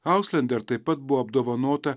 hauslender taip pat buvo apdovanota